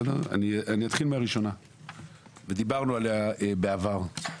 אני אתחיל מהראשונה ודיברנו עליה בעבר.